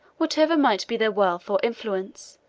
whatever might be their wealth or influence,